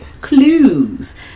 clues